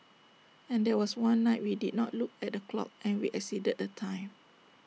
and there was one night we did not look at the clock and we exceeded the time